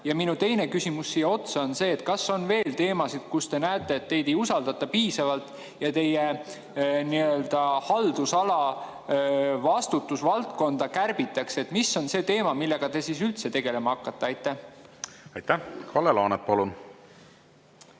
Minu teine küsimus siia otsa on see: kas on veel teemasid, kus te näete, et teid ei usaldata piisavalt ja teie haldusala vastutusvaldkonda kärbitakse? Mis on see teema, millega te siis üldse tegelema hakkate? Aitäh, hea istungi